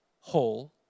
whole